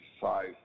size